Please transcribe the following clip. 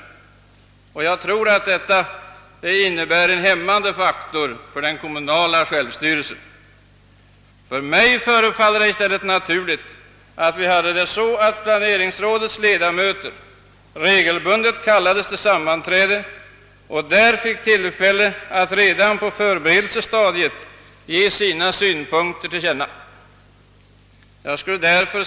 Som jag ser det innebär det en hämmande faktor på den kommunala självstyrelsen. För mig förefaller det i stället naturligt att planeringsrådens ledamöter regelbundet kallas till sammanträden för att där redan på förberedelsestadiet få tillfälle att framlägga sina synpunkter.